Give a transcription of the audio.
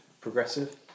progressive